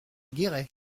guéret